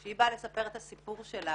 כשהיא באה לספר את הסיפור שלה,